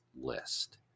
list